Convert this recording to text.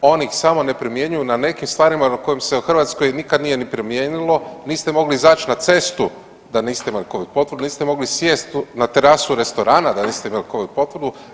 Oni ih samo ne primjenjuju na nekim stvarima na kojima se u Hrvatskoj nikad nije ni primijenilo, niste mogli izaći na cestu da niste imali covid potvrdu, niste mogli sjesti na terasu restorana da niste imali covid potvrdu.